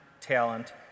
talent